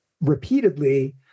repeatedly